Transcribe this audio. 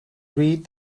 read